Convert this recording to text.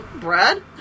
Brad